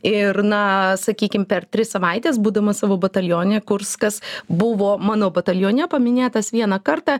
ir na sakykim per tris savaites būdamas savo batalione kurskas buvo mano batalione paminėtas vieną kartą